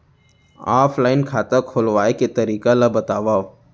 Offline खाता खोलवाय के तरीका ल बतावव?